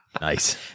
nice